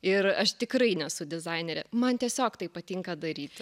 ir aš tikrai nesu dizainerė man tiesiog tai patinka daryti